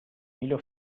hilo